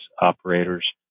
operators